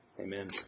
Amen